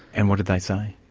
and what did they say?